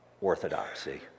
orthodoxy